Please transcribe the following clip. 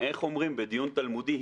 איך אומרים בדיון תלמודי?